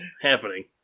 happening